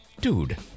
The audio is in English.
dude